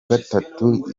gatatu